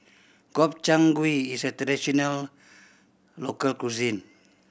Gobchang Gui is a traditional local cuisine